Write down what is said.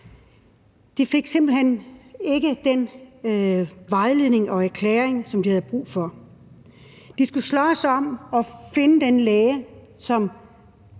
De fik simpelt hen ikke den vejledning og erklæring, som de havde brug for. De skulle slås om at finde den læge, som